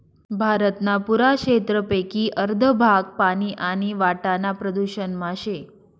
भारतना पुरा क्षेत्रपेकी अर्ध भाग पानी आणि वाटाना प्रदूषण मा शे